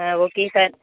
ah okay sir